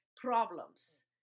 problems